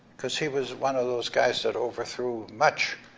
cause he was one of those guys that overthrew much,